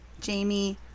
Jamie